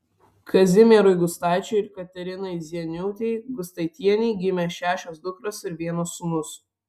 kazimierui gustaičiui ir katerinai zieniūtei gustaitienei gimė šešios dukros ir vienas sūnus